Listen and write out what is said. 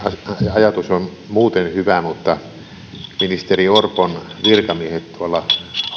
ajatus on muuten hyvä mutta ministeri orpon virkamiehet ovat